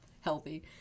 healthy